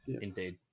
indeed